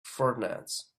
furnace